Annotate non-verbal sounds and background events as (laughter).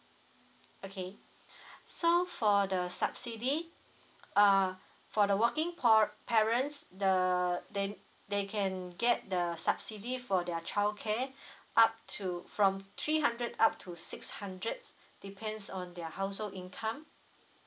okay (breath) so for the subsidy err for the working po~ parents the they they can get the subsidy for their childcare (breath) up to from three hundred up to six hundreds depends on their household income